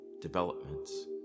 developments